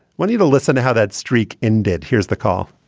want you to listen to how that streak ended. here's the call.